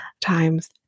times